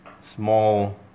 small